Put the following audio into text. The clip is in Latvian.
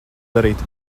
darīt